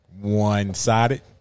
one-sided